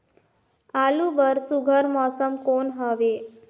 आलू बर सुघ्घर मौसम कौन हवे?